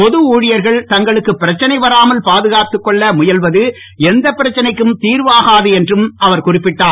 பொது ம்யழியர்கள் தங்களுக்கு பிரச்னை வராமல் பாதுகாத்துக் கொள்ள முயல்வது எந்த பிரச்னைக்கும் தீர்வாகாது என்றும் அவர் குறிப்பிட்டார்